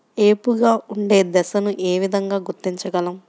ఏపుగా ఉండే దశను ఏ విధంగా గుర్తించగలం?